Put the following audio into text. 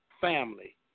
family